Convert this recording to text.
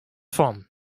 fan